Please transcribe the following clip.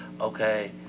okay